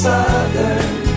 Southern